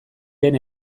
ren